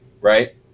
right